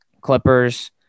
Clippers